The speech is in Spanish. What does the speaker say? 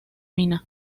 mina